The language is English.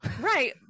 Right